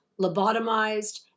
lobotomized